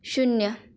शून्य